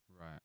Right